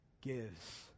gives